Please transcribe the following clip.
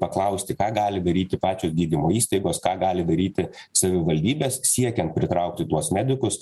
paklausti ką gali daryti pačios gydymo įstaigos ką gali daryti savivaldybės siekiant pritraukti tuos medikus